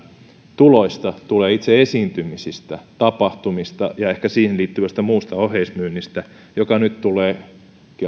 tuloista tulee itse esiintymisistä tapahtumista ja ehkä siihen liittyvästä muusta oheismyynnistä joka nyt tulee